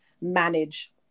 manage